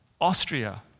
Austria